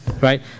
right